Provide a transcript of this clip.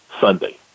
Sunday